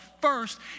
first